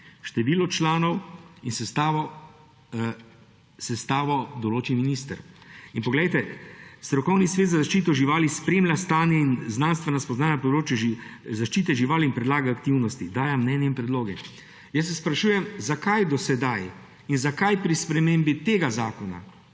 strokovnega sveta določi minister.« In poglejte: »Strokovni svet za zaščito živali spremlja stanje in znanstvena spoznanja na področju zaščite živali ter predlaga aktivnosti; daje mnenja in predloge.« Jaz se sprašujem, zakaj do sedaj in zakaj pri spremembi tega zakona